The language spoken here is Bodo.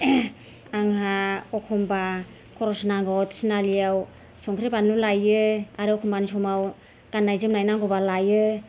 आंहा एखमब्ला एखमब्ला थिनालिआव संख्रि बानलु लायो आरो एखमब्ला समाव गाननाय जोमनाय नांगौबा लायो